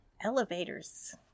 Elevators